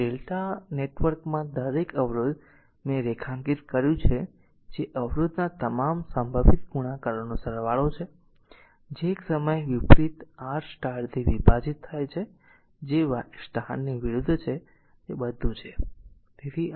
તેથી Δ નેટવર્ક માં દરેક અવરોધ મેં કંઈક રેખાંકિત કર્યું છે જે અવરોધના તમામ સંભવિત ગુણાકારોનો સરવાળો છે જે એક સમયે વિપરીત r Y અવરોધથી વિભાજિત થાય છે જે વાયની વિરુદ્ધ છે તે બધું છે